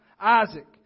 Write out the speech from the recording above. Isaac